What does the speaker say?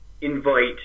invite